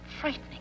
frightening